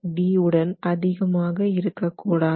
5d உடன் அதிகமாக இருக்கக்கூடாது